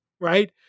right